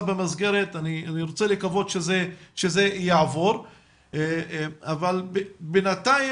במסגרת ואני רוצה לקוות שזה יעבור אבל בינתיים,